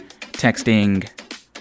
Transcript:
texting